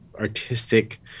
artistic